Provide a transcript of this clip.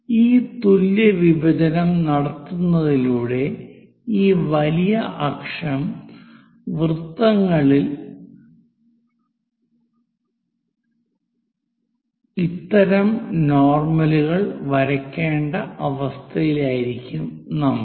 ഈ തുല്യ വിഭജനം നടത്തുന്നതിലൂടെ ഈ വലിയ അക്ഷം വൃത്തങ്ങളിൽ ഇത്തരം നോർമലുകൾ വരയ്ക്കേണ്ട അവസ്ഥയിലായിരിക്കും നമ്മൾ